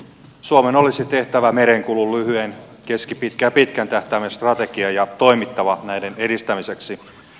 suomen olisi tehtävä merenkulun lyhyen keskipitkän ja pitkän tähtäimen strategia ja toimittava näiden edistämiseksi